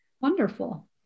Wonderful